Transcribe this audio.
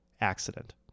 accident